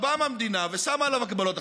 באה המדינה ושמה עליו הגבלות.